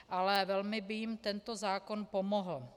Ale velmi by jim tento zákon pomohl.